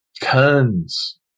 Tons